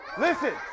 listen